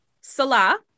Salah